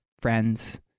friends